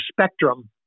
spectrum